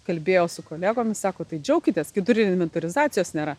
kalbėjau su kolegomis sako tai džiaukitės kitur inventorizacijos nėra